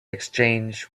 exchange